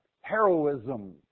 heroism